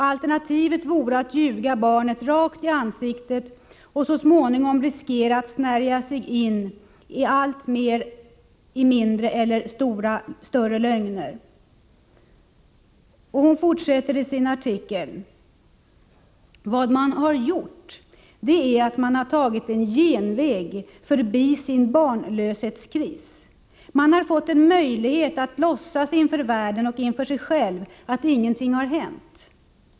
Alternativet vore att ljuga barnet rakt i ansiktet och så småningom riskera att snärja in sig alltmer i mindre eller större lögner.” Hon fortsätter i sin artikel: ”Vad man gjort är att man har tagit en genväg förbi sin barnlöshetskris. Man har fått en möjlighet att låtsas inför världen och inför sig själv att ingenting har hänt.